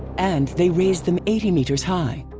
and they raised them eighty meters high.